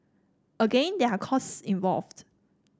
again there are costs involved